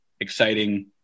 exciting